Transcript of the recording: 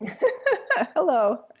Hello